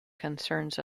concerns